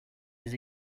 les